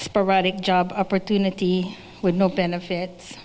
sporadic job opportunity with no benefits